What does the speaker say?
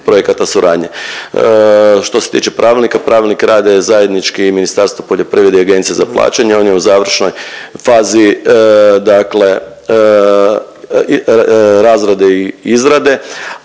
projekata suradnje. Što se tiče pravilnika, pravilnik rade zajednički Ministarstvo poljoprivrede i APPRRR, on je u završnoj fazi, dakle razrade i izrade,